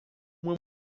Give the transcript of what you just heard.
uma